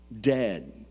dead